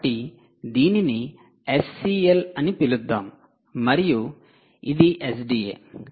కాబట్టి దీనిని 'ఎస్సీఎల్' అని పిలుద్దాం మరియు ఇది 'ఎస్డీఏ'